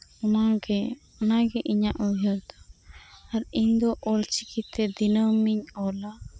ᱚᱱᱟᱜᱮ ᱚᱱᱟᱜᱮ ᱤᱧᱟᱹᱜ ᱩᱭᱦᱟᱹᱨ ᱫᱚ ᱟᱨ ᱤᱧᱫᱚ ᱚᱞᱪᱤᱠᱤᱛᱮ ᱫᱤᱱᱟᱹᱢ ᱤᱧ ᱚᱞᱟ